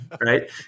Right